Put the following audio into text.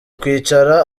kwicara